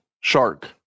shark